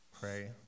pray